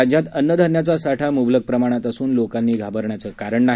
राज्यात अन्न धान्याचा साठा मुबलक प्रमाणात असून लोकांनी घाबरण्याचं कारण नाही